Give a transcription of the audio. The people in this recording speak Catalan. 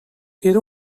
era